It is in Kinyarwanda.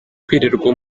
kwirirwa